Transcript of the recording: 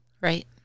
Right